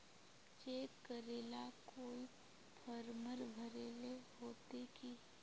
Cheque करेला कोई फारम भरेले होते की?